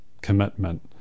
commitment